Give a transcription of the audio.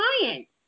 clients